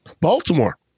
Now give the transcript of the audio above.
Baltimore